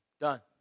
done